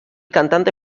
cantante